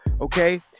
okay